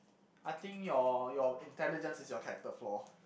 I think your your intelligence is your character flaw